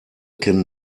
kennen